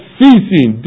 ceasing